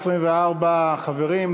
24 חברים,